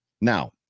Now